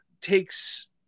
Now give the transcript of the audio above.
takes